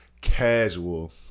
casual